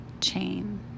chain